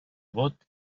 vot